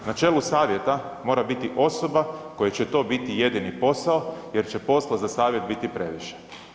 Na čelu savjeta mora biti osoba kojoj će to biti jedini posao jer će posla za savjet biti previše.